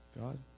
God